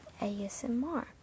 ASMR